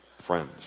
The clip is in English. friends